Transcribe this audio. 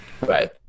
right